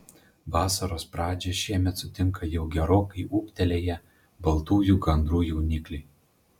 vasaros pradžią šiemet sutinka jau gerokai ūgtelėję baltųjų gandrų jaunikliai